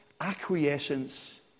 acquiescence